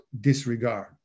disregard